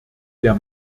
der